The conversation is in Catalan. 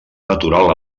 natural